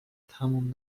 تموم